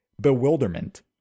bewilderment